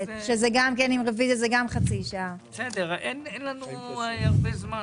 גם אם הם יחזרו ולא יתקנו שום דבר,